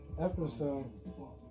episode